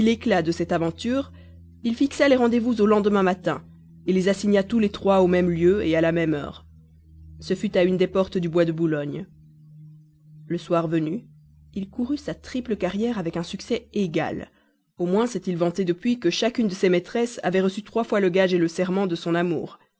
l'éclat de cette aventure il fixa les rendez-vous au lendemain matin les assigna tous les trois au même lieu à la même heure ce fut à une des portes du bois de boulogne le soir venu il courut sa triple carrière avec un succès égal au moins s'est-il vanté depuis que chacune de ses nouvelles maîtresses avait reçu trois fois le gage le serment de son amour